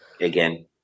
Again